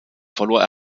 verlor